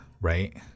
Right